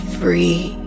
free